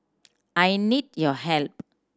I need your help